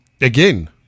again